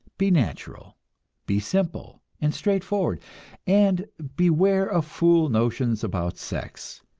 be natural be simple and straightforward and beware of fool notions about sex.